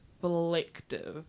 collective